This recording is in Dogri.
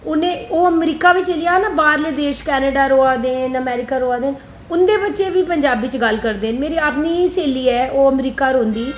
उ'नें ओह् अमरीका बी चली जाह्न न बाह्रले देश कनेडा र'वै दे ना अमेरिका र'वै दे ना उं'दे बच्चे बी पंजाबी च गल्ल करदे न मेरी अपनी स्हेली ऐ ओह् अमरीका रौंह्दी